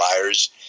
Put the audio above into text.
liars